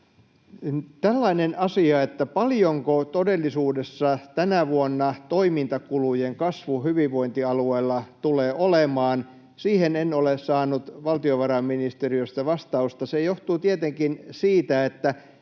Tällainen asia: Paljonko todellisuudessa tänä vuonna toimintakulujen kasvu hyvinvointialueilla tulee olemaan? Siihen en ole saanut valtiovarainministeriöstä vastausta. Se johtuu tietenkin siitä, että